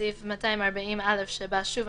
בסעיף 240א שבה - שוב,